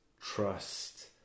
trust